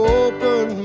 open